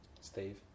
Steve